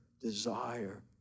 desire